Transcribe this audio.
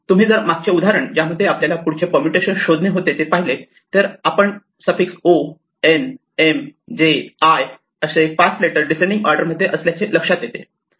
तुम्ही जर मागचे उदाहरण ज्यामध्ये आपल्याला पुढचे परमुटेशन शोधणे होते ते पाहिले तर आपण suffix O N M J I असे 5 लेटर डीसेंडिंग ऑर्डर मध्ये असल्याचे लक्षात येते